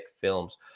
films